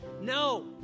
No